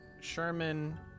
Sherman